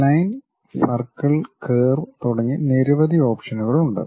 line circle curve തുടങ്ങി നിരവധി ഓപ്ഷനുകൾ ഉണ്ട്